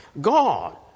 God